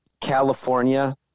California